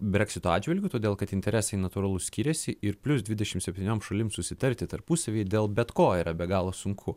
breksito atžvilgiu todėl kad interesai natūralu skiriasi ir plius dvidešimt septyniom šalims susitarti tarpusavyje dėl bet ko yra be galo sunku